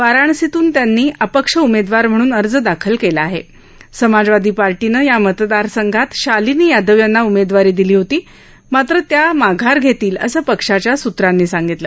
वाराणसीतून त्यांनी अपक्ष उमद्विर म्हणून अर्ज दाखल कल्ला आहा समाजवादी पार्टीनं या मतदारसंघात शालिनी यादव यांना उमद्विरी दिली होती मात्र त्या माघार घरीील असं पक्षाच्या सूत्रांनी सांगितलं